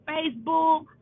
Facebook